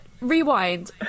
rewind